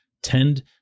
tend